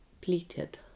pleated